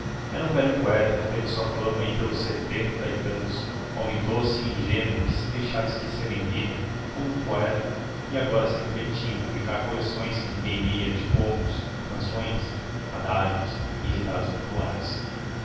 era um velho poeta que teve sua fama aí pelos setenta e tantos homem doce e ingênuo que se deixara esquecer em vida como poeta e agora se entretinha em publicar coleções que ninguém lia de contos canções adágios e ditados populares